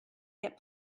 get